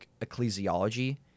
ecclesiology